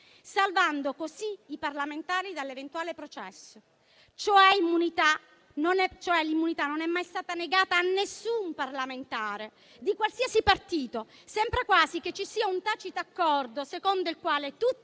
salvando così i parlamentari dall'eventuale processo: l'immunità non è mai stata negata a nessun parlamentare di qualsiasi partito; sembra quasi che ci sia un tacito accordo secondo il quale tutti